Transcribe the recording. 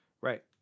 Right